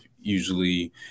usually